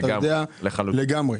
לגמרי, לחלוטין.